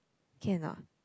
can a not